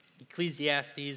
Ecclesiastes